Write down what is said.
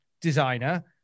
designer